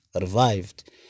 revived